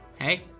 Hey